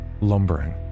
lumbering